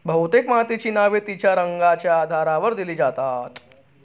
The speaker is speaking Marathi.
बहुतेक मातीची नावे तिच्या रंगाच्या आधारावर दिली जातात